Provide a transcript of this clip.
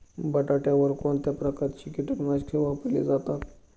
बटाट्यावर कोणत्या प्रकारची कीटकनाशके वापरली जातात?